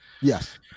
yes